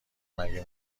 مگه